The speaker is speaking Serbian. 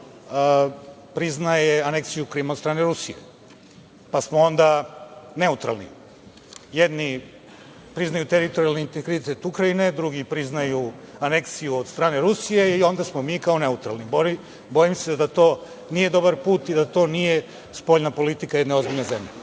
priznaje aneksiju Krima od strane Rusije, pa smo onda neutralni? Jedni priznaju teritorijalni integritet Ukrajine, drugi priznaju aneksiju od strane Rusije i onda smo mi kao neutralni. Bojim se da to nije dobar put i da to nije spoljna politika jedne ozbiljne zemlje.